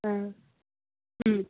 ꯑꯥ ꯎꯝ